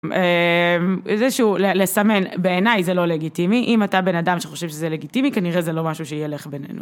זה שהוא לסמן בעיניי זה לא לגיטימי אם אתה בן אדם שחושב שזה לגיטימי כנראה זה לא משהו שיילך בינינו.